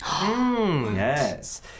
Yes